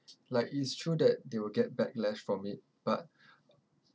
like it's true that they will get backlash from it but